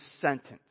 sentence